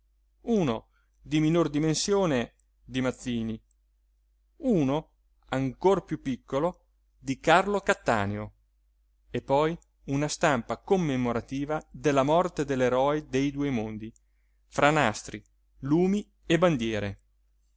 uno di minor dimensione di mazzini uno ancor piú piccolo di carlo cattaneo e poi una stampa commemorativa della morte dell'eroe dei due mondi fra nastri lumi e bandiere